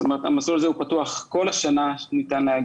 בות"ת מוצה כל הכסף, 250 מיליון